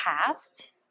past